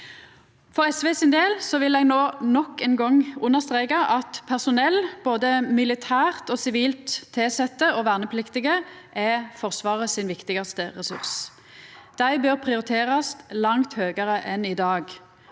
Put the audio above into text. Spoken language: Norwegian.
For SV sin del vil eg no nok ein gong understreka at personell, både militært og sivilt tilsette og vernepliktige, er Forsvaret sin viktigaste resurs. Dei bør prioriterast langt høgare enn i dag,